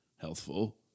healthful